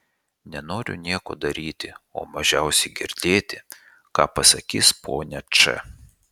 nenoriu nieko daryti o mažiausiai girdėti ką pasakys ponia č